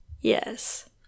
Yes